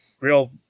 real